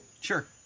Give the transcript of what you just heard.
sure